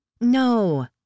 No